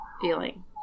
feeling